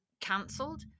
cancelled